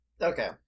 Okay